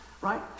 right